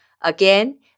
Again